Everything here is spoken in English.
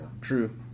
true